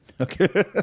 okay